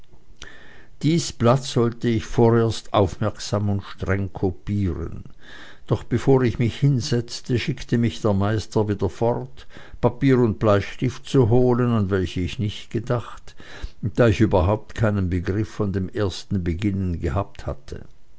dies blatt sollte ich vorerst aufmerksam und streng kopieren doch bevor ich mich hinsetzte schickte mich der meister wieder fort papier und bleistift zu holen an welche ich nicht gedacht da ich überhaupt keinen begriff von dem ersten beginnen gehabt haue